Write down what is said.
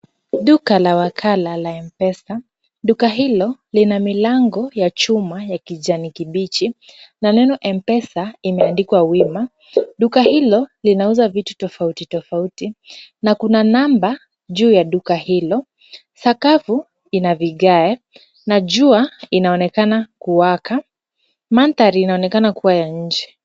Duka la wakala la M-Pesa. Duka hilo lina milango ya chuma ya kijani kibichi na neno M-Pesa imeandikwa wima. Duka hilo linauza vitu tofauti tofauti na kuna namba juu ya duka hilo. Sakafu ina vigae na jua inaonekana kuwaka. Mandhari inaonekana kuwa ya nje.